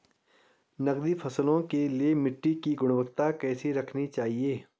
नकदी फसलों के लिए मिट्टी की गुणवत्ता कैसी रखनी चाहिए?